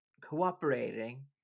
cooperating